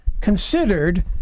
considered